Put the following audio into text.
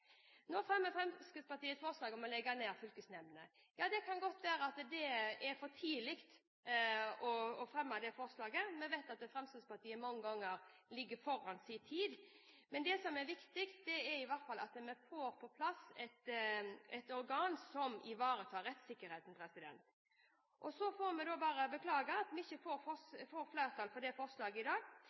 Nå fremmer Fremskrittspartiet et forslag om å legge ned fylkesnemndene. Ja, det kan godt være at det er for tidlig å fremme det forslaget, men vi vet at Fremskrittspartiet mange ganger ligger foran sin tid. Det som er viktig, er i hvert fall at vi får på plass et organ som ivaretar rettssikkerheten. Så får vi bare beklage at vi ikke får flertall for det forslaget i dag,